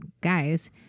guys